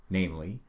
namely